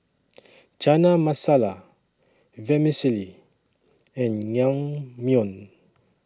Chana Masala Vermicelli and Naengmyeon